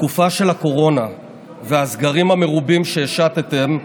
התקופה של הקורונה והסגרים המרובים שהשתם,